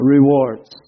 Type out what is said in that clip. Rewards